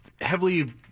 heavily